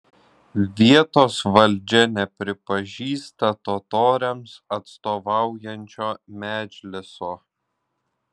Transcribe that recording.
vietos valdžia nepripažįsta totoriams atstovaujančio medžliso